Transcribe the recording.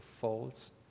faults